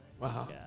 Wow